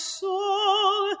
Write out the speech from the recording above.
soul